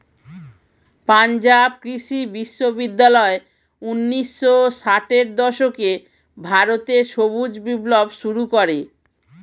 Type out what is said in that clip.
পাঞ্জাব কৃষি বিশ্ববিদ্যালয় ঊন্নিশো ষাটের দশকে ভারতে সবুজ বিপ্লব শুরু করে